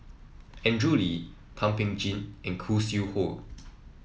Andrew Lee Thum Ping Tjin and Khoo Sui Hoe